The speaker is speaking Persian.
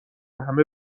همه